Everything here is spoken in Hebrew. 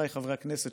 חבריי חברי הכנסת,